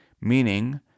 meaning